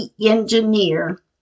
engineer